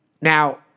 Now